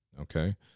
Okay